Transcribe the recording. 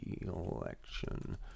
election